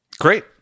Great